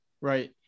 Right